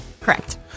Correct